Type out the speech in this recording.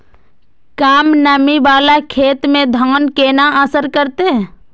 कम नमी वाला खेत में धान केना असर करते?